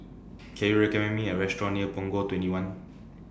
Can YOU recommend Me A Restaurant near Punggol twenty one